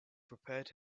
prepared